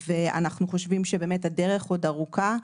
אנחנו חושבים שהדרך עוד ארוכה,